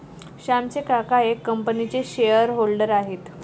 श्यामचे काका एका कंपनीचे शेअर होल्डर आहेत